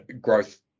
growth